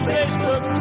Facebook